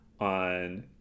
on